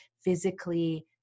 physically